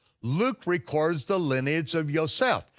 luke records the lineage of yoseph,